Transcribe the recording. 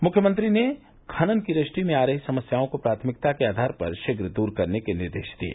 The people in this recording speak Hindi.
मुख्यमंत्री ने खनन की रजिस्ट्री में आ रही समस्याओं को प्राथमिकता के आधार पर शीघ्र दूर करने के निर्देश दिये